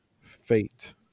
fate